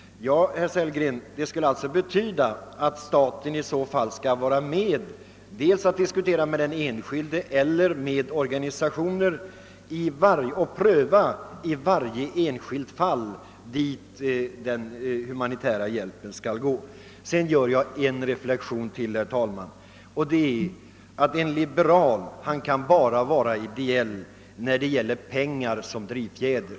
Det skulle alltså betyda att staten i så fall skulle vara med om att dels diskutera med den enskilde eller med organisationer och dels pröva i varje enskilt fall vart den humanitära hjälpen skall gå. Sedan gör jag en reflexion till, herr talman, nämligen att en liberal bara tycks kunna vara ideell när han har pengar som drivfjäder.